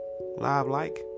live-like